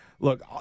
Look